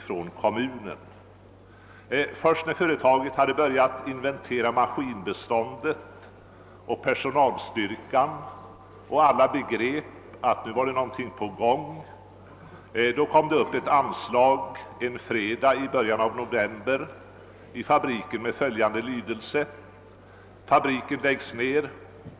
Först när företaget hade börjat inventera maskinbeståndet, och personalstyrkan och alla andra begrep att någonting var på gång kom det en fredag i början av november upp ett anslag i fabriken med följande lydelse: »Fabriken läggs ned.